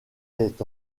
est